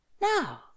Now